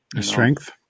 strength